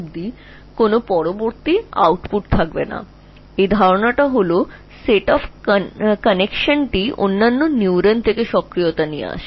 সুতরাং ধারণাটি হল set of connections যা অন্যান্য নিউরন থেকে অ্যাক্টিভেশন এনেছে